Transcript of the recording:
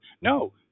No